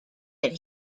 that